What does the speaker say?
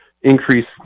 increase